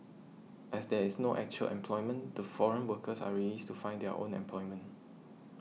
as there is no actual employment the foreign workers are released to find their own employment